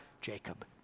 Jacob